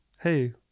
hey